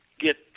get